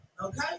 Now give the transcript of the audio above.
okay